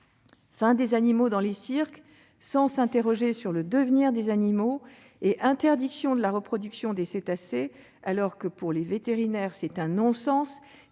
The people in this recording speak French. des animaux dans les cirques sans s'interroger sur leur devenir et à l'interdiction de la reproduction des cétacés ; pour les vétérinaires, c'est un non-sens